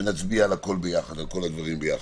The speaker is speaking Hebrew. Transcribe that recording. ונצביע על כל הדברים ביחד.